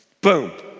Boom